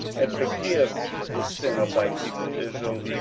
and forgive the sin of thy people israel,